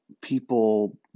people